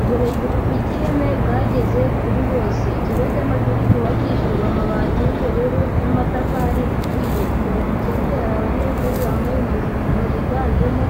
Uburezi bufite ireme bwageze kuri bose, ikigo cy'amashuri cyubakishijwe amabati y'ubururu n'amatafari ahiye, imbere mu kibuga hari abanyeshuri bambaye impuzankano yiganjemo